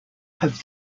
have